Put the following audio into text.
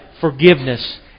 forgiveness